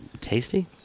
Tasty